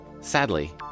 Sadly